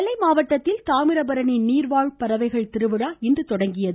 நெல்லை மாவட்டத்தில் தாமிரபரணி நீர் வாழ் பறவைகள் திருவிழா இன்று தொடங்கியது